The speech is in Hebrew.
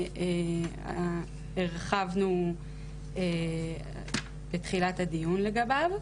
שהרחבנו בתחילת הדיון לגביו,